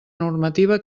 normativa